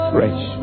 Fresh